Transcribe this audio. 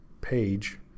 page